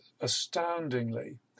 astoundingly